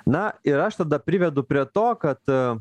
na ir aš tada privedu prie to kad